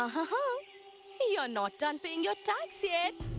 um you're not done paying your tax yet.